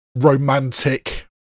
romantic